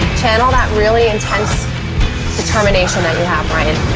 channel that really intense determination that you have, brian.